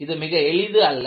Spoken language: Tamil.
இது மிக எளிது அல்ல